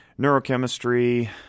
neurochemistry